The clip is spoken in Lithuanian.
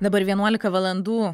dabar vienuolika valandų